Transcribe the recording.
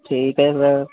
ठीक है सर